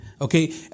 Okay